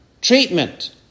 treatment